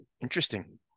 Interesting